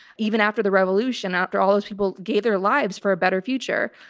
even after the revolution out there, all those people gave their lives for a better future.